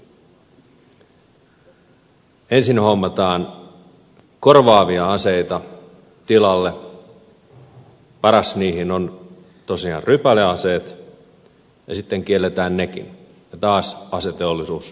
ensin hommataan korvaavia aseita tilalle paras niistä on tosiaan rypäleaseet ja sitten kielletään nekin ja taas aseteollisuus saa voittoa